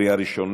(תיקון מס' 10),